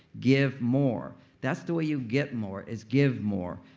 give more. that's the way you get more is give more.